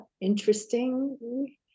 interesting